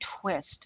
twist